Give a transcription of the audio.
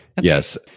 Yes